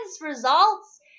results